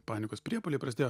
panikos priepuoliai prasidėjo